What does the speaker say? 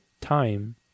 time